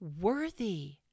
worthy